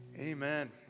Amen